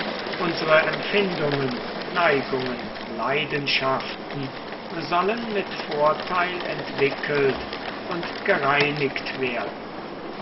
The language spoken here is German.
unsere empfindungen neigungen leidenschaften sollen mit vorteil entwickelt und gereinigt werden